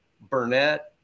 Burnett